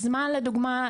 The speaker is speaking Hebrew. לדוגמה,